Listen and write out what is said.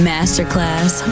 Masterclass